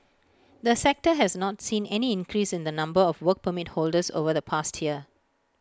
the sector has not seen any increase in the number of Work Permit holders over the past year